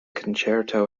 concerto